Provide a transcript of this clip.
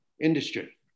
industry